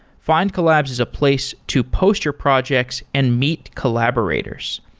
findcollabs is a place to post your projects and meet collaborators.